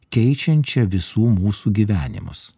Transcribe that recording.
keičiančią visų mūsų gyvenimus